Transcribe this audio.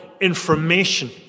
information